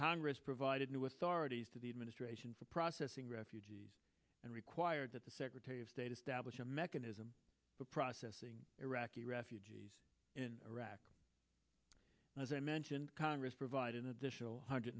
congress provided new authorities to the administration for processing refugees and require that the secretary of state establish a mechanism for processing iraqi refugees in iraq as i mentioned congress provide an additional one hundred